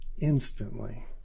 instantly